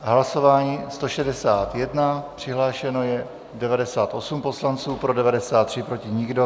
Hlasování 161, přihlášeno je 98 poslanců, pro 93, proti nikdo.